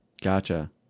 Gotcha